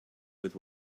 with